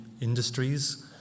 industries